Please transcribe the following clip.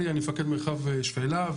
מפקד מרחב שפלה,